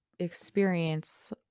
Experience